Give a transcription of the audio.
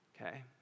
Okay